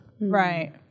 Right